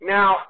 Now